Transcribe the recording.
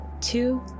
two